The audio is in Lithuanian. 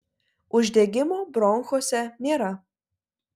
uždegimo bronchuose nėra